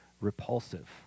repulsive